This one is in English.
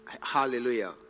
Hallelujah